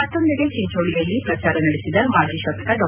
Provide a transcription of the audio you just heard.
ಮತ್ತೊಂದೆಡೆ ಚಿಂಚೋಳಿಯಲ್ಲಿ ಪ್ರಚಾರ ನಡೆಸಿದ ಮಾಜಿ ಶಾಸಕ ಡಾ